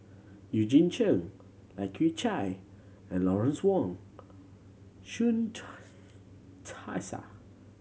Eugene Chen Lai Kew Chai and Lawrence Wong Shyun Tsai